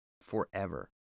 forever